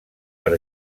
per